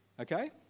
Okay